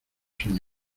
señor